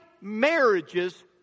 marriages